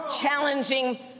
challenging